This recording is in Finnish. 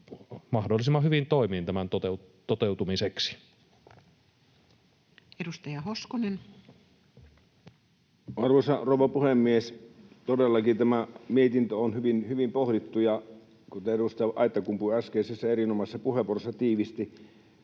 annetun lain 119 §:n muuttamisesta Time: 16:55 Content: Arvoisa rouva puhemies! Todellakin tämä mietintö on hyvin pohdittu, ja kuten edustaja Aittakumpu äskeisessä erinomaisessa puheenvuorossaan tiivisti